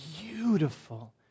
beautiful